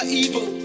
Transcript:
evil